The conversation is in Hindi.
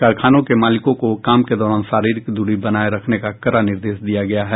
कारखानों के मालिकों को काम के दौरान शारीरिक दूरी बनाये रखने का कड़ा निर्देश दिया गया है